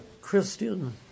Christian